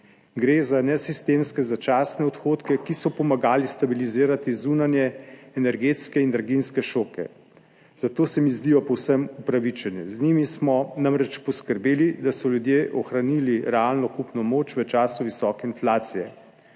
Gre za nesistemske začasne odhodke, ki so pomagali stabilizirati zunanje, energetske in draginjske šoke, zato se mi zdijo povsem upravičene. Z njimi smo namreč poskrbeli, da so ljudje ohranili realno kupno moč v času visoke inflacije.